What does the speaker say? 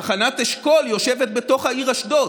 תחנת אשכול יושבת בתוך העיר אשדוד,